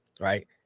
right